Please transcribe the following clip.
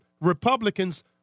Republicans